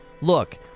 look